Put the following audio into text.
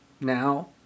Now